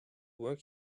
work